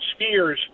skiers